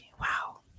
Wow